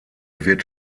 wird